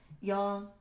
Y'all